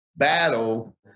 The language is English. battle